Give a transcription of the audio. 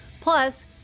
Plus